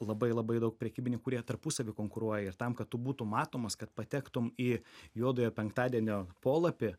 labai labai daug prekybininkų kurie tarpusavyje konkuruoja ir tam kad būtum matomas kad patektum į juodojo penktadienio polapį